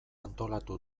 antolatu